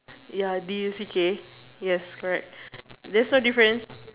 ya D U C K ya correct there's no difference